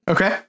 Okay